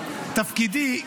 תפקידי,